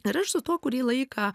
ir aš su tuo kurį laiką